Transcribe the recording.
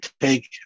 take